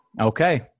Okay